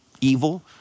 evil